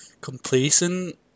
complacent